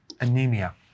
anemia